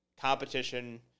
competition